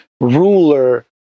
ruler